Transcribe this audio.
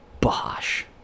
Bosh